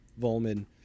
Volman